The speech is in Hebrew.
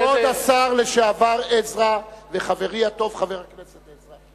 השר לשעבר עזרא וחברי הטוב חבר הכנסת עזרא,